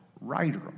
writer